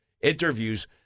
interviews